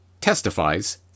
testifies